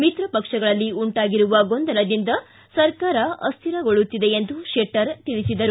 ಮಿತ್ರ ಪಕ್ಷಗಳಲ್ಲಿ ಉಂಟಾಗಿರುವ ಗೊಂದಲದಿಂದ ಸರ್ಕಾರ ಅಸ್ತಿರಗೊಳ್ಳುತ್ತಿದೆ ಎಂದು ಶೆಟ್ಟರ್ ತಿಳಿಸಿದರು